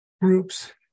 groups